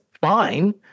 fine